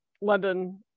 London